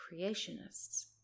creationists